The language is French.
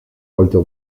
walter